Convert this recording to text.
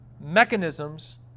mechanisms